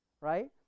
right